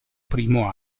primo